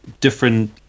different